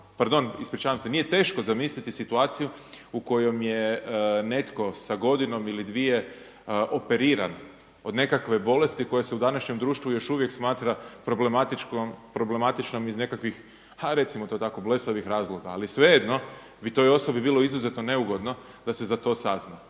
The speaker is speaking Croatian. pardon ispričavam se, nije teško zamisliti situaciju u kojoj je netko sa godinom ili dvije operiran od nekakve bolesti koja se u današnjem društvu još uvijek smatra problematičnom iz nekakvih a recimo to tako blesavih razloga. Ali svejedno bi toj osobi bilo izuzetno neugodno da se za to sazna.